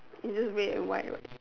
it's just red and white